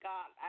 God